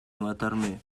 matarme